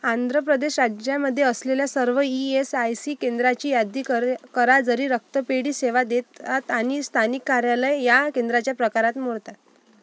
आंध्र प्रदेश राज्यामध्ये असलेल्या सर्व ई एस आय सी केंद्राची यादी करय करा जरी रक्तपेढी सेवा देत आत आणि स्थानिक कार्यालय या केंद्राच्या प्रकारात मोडतात